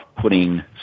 putting